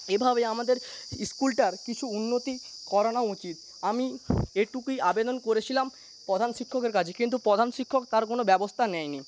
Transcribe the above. এভাবে আমাদের স্কুলটার কিছু উন্নতি করানো উচিত আমি এটুকুই আবেদন করেছিলাম প্রধান শিক্ষকের কাছে কিন্তু প্রধান শিক্ষক তার কিছুই ব্যবস্থা নেয়নি